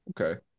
Okay